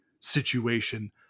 situation